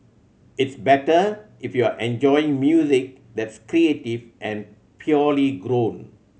it's better if you're enjoying music that's creative and purely grown